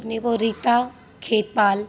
Niborita Kherpal